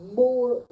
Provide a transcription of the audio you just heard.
more